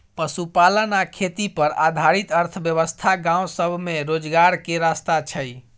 पशुपालन आ खेती पर आधारित अर्थव्यवस्था गाँव सब में रोजगार के रास्ता छइ